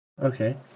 Okay